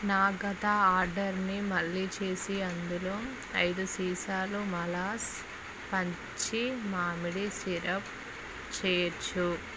నా గత ఆర్డర్ని మళ్ళీ చేసి అందులో ఐదు సీసాలు మలాస్ పచ్చి మామిడి సిరప్ చేర్చు